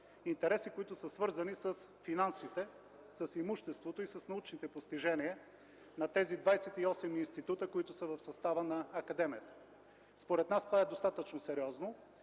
интереси, които са свързани с финансите, имуществото и с научните постижения на тези 28 института, които са в състава на академията. Според нас това е достатъчно сериозно